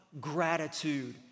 gratitude